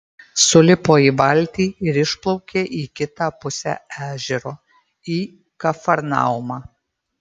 sulipo į valtį ir išplaukė į kitą pusę ežero į kafarnaumą